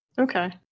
Okay